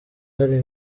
hari